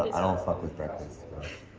i don't fuck with breakfast. e